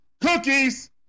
Cookies